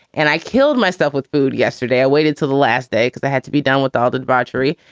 and i killed myself with food. yesterday i waited to the last day because i had to be done with all the debauchery.